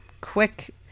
quick